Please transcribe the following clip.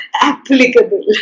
applicable